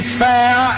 fair